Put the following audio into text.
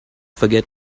forget